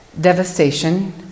devastation